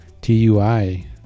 Tui